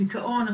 דיכאון,